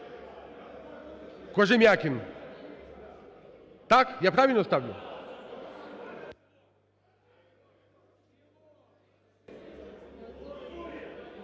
Кожем'якін. Так? Я правильно ставлю?